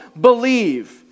believe